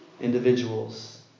individuals